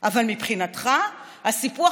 אבל מבחינתך הסיפוח,